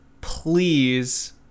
please